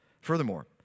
Furthermore